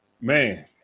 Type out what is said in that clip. man